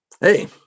hey